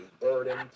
burden